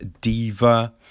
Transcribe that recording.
Diva